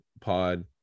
pod